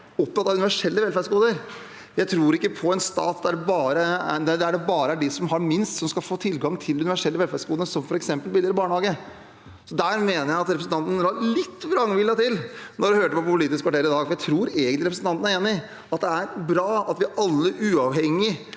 opptatt av universelle velferdsgoder. Jeg tror ikke på en stat der det bare er de som har minst som skal få tilgang til de universelle velferdsgodene, som f.eks. billigere barnehage. Der mener jeg representanten la litt vrangviljen til da hun hørte på Politisk kvarter i dag, for jeg tror egentlig representanten er enig i at det er bra at vi alle, uavhengig